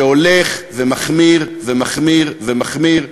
שהולך ומחמיר ומחמיר ומחמיר,